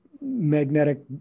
magnetic